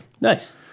Nice